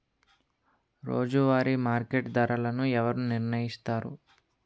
రోజువారి మార్కెట్ ధరలను ఎవరు నిర్ణయిస్తారు?